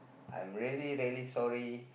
I'm really really sorry